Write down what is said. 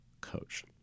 coach